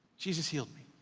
jesus healed me.